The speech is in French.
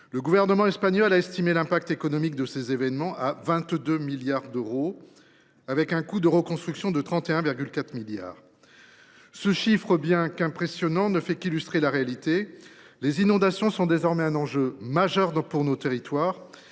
le gouvernement espagnol a estimé l’impact économique de ces événements à 22 milliards d’euros, le coût de reconstruction étant évalué à 31,4 milliards d’euros. Ce montant, bien qu’impressionnant, ne fait qu’illustrer la réalité : les inondations sont désormais un enjeu majeur pour nos territoires,